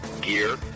gear